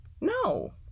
no